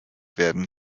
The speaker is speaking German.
werden